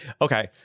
okay